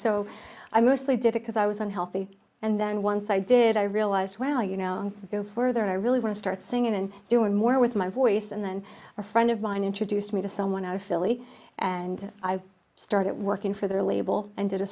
so i mostly did it because i was unhealthy and then once i did i realized well you know go further i really want to start singing and doing more with my voice and then a friend of mine introduced me to someone out of philly and i started working for their label and did a